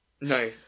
no